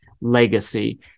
legacy